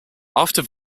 after